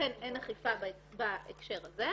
ולכן אין אכיפה בהקשר הזה.